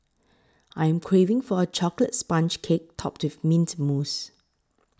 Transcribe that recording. I am craving for a Chocolate Sponge Cake Topped with Mint Mousse